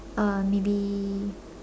uh maybe